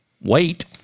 wait